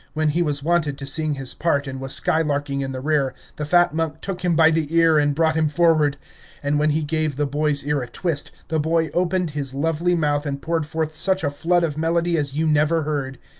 when he was wanted to sing his part and was skylarking in the rear, the fat monk took him by the ear and brought him forward and when he gave the boy's ear a twist, the boy opened his lovely mouth and poured forth such a flood of melody as you never heard.